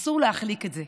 אסור להחליק את זה.